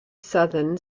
southern